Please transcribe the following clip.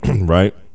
right